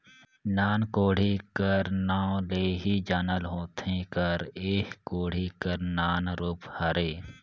नान कोड़ी कर नाव ले ही जानल होथे कर एह कोड़ी कर नान रूप हरे